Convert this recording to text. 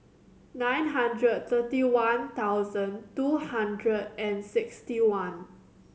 nine hundred thirty one thousand two hundred and sixty one